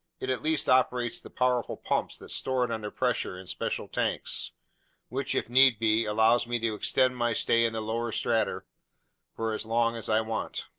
it at least operates the powerful pumps that store it under pressure in special tanks which, if need be, allows me to extend my stay in the lower strata for as long as i want.